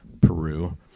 Peru